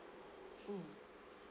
mm